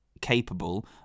capable